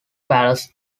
palace